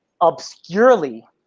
obscurely